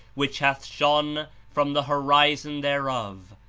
which hath shone from the horizon thereof.